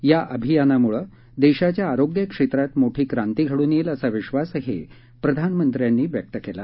या अभियानामुळे देशाच्या आरोग्यक्षेत्रात मोठी क्रांती घडून येईल असा विश्वासही प्रधानमंत्र्यांनी व्यक्त केला